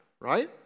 right